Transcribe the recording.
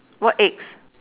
what eggs